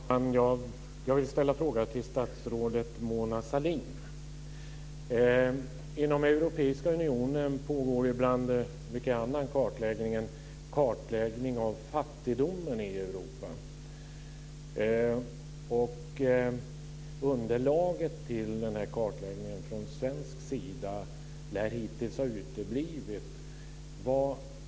Fru talman! Jag vill ställa en fråga till statsrådet Mona Sahlin. Inom Europeiska unionen pågår bland mycken annan kartläggning en genomgång av fattigdomen i Europa. Underlaget till den här kartläggningen från svensk sida lär hittills ha uteblivit.